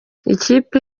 ikipe